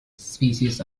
species